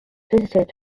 visited